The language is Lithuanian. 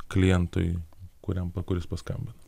klientui kuriam kuris paskambino